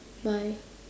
my